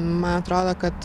man atrodo kad